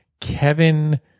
Kevin